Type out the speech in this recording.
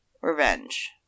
Revenge